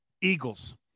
Eagles